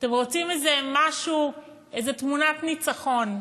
אתם רוצים משהו, איזו תמונת ניצחון.